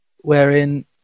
Wherein